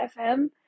fm